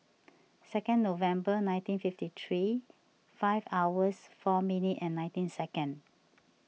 second November nineteen fifty three five hours four minute and nineteen second